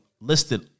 listed